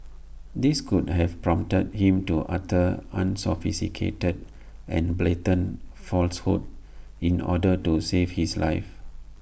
this could have prompted him to utter unsophisticated and blatant falsehoods in order to save his life